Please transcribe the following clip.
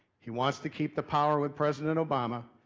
he wants to keep the power with president obama,